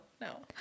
No